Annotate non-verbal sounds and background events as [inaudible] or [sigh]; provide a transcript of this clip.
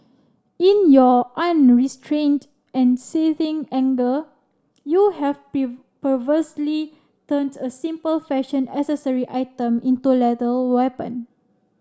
in your unrestrained and seething anger you have [unintelligible] perversely turned a simple fashion accessory item into a lethal weapon